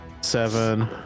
seven